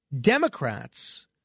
Democrats